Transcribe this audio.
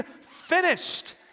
finished